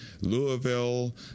louisville